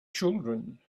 children